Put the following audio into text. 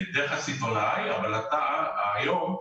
דרך הסיטונאי אבל היום,